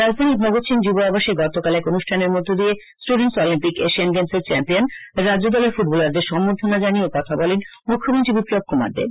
রাজধানীর ভগৎ সিং যু ব আবাসে গতকাল এক অনু ষ্ঠানের মধ্য দিয়ে স্টুডেন্টস অলিম্পিক এশিয়ান গেমসে চ্যাম্পিয়ন রাজ্যদলের ফু টবলারদের সংবর্ধ না দিয়ে এই কথা বলেন মু খ্যমন্ত্রী বিপ্লব কুমার দেব